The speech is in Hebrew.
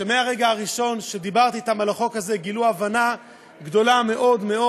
שמהרגע הראשון שדיברתי אתם על החוק הזה גילו הבנה גדולה מאוד מאוד,